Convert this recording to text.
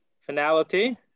finality